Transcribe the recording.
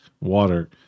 water